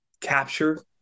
capture